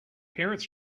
parents